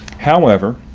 however,